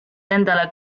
endale